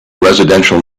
residential